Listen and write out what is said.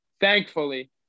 thankfully